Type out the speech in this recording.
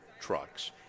Trucks